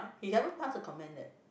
he ever pass a comment that